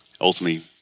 Ultimately